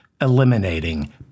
eliminating